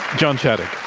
john shadegg.